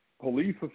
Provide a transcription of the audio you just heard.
Police